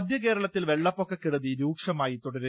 മധ്യകേരളത്തിൽ വ്രെള്ളപ്പൊക്കക്കെടുതി രൂക്ഷമായി തുടരുന്നു